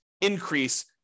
increase